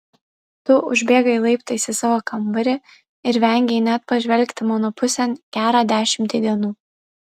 tu užbėgai laiptais į savo kambarį ir vengei net pažvelgti mano pusėn gerą dešimtį dienų